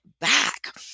back